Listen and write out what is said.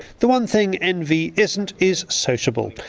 the one thing nv isn't, is sociable.